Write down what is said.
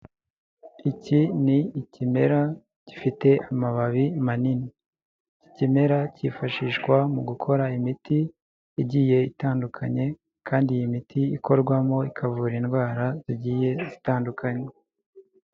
Iki ni ikimera gifite amababi manini. Iki kimera cyifashishwa mu gukora imiti igiye itandukanye, kandi iyi miti ikorwamo ikavura indwara zigiye zitandukanye.